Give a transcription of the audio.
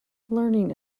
learning